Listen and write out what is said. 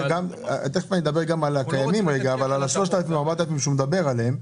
תכף אני אדבר על הקיימים אבל על ה-4,000-3,000 שהוא מדבר עליהן,